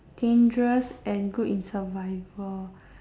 dangerous and good in survival